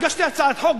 הגשתי הצעת חוק,